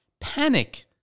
Panic